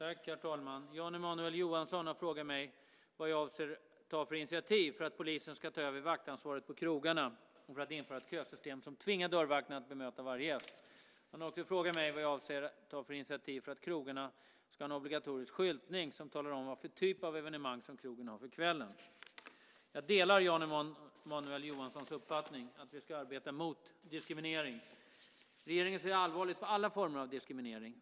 Herr talman! Jan Emanuel Johansson har frågat mig vad jag avser att ta för initiativ för att polisen ska ta över vaktansvaret på krogarna och för att införa ett kösystem som tvingar dörrvakterna att bemöta varje gäst. Han har också frågat mig vad jag avser att ta för initiativ för att krogarna ska ha en obligatorisk skyltning som talar om vad för typ av evenemang som krogen har för kvällen. Jag delar Jan Emanuel Johanssons uppfattning att vi ska arbeta mot diskriminering. Regeringen ser allvarligt på alla former av diskriminering.